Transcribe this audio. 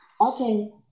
Okay